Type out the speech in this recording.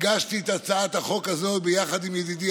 הגשתי את הצעת החוק הזאת יחד עם ידידי,